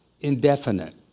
indefinite